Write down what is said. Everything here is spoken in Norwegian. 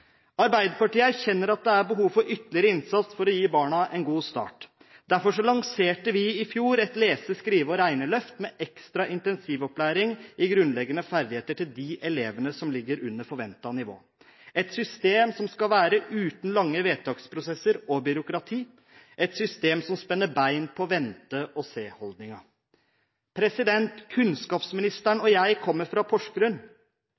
Arbeiderpartiet erkjenner at det er behov for ytterligere innsats for å gi barna en god start. Derfor lanserte vi i fjor et lese-, skrive- og regneløft med ekstra intensivopplæring i grunnleggende ferdigheter for de elevene som ligger under forventet nivå – et system som skal være uten lange vedtaksprosesser og byråkrati, et system som spenner bein på vente og